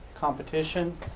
competition